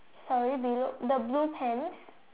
sorry below the blue pants